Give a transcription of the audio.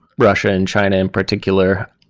russia and china in particular.